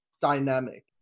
dynamic